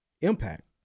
impact